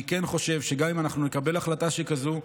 אני כן חושב שגם אם אנחנו נקבל החלטה שכזאת,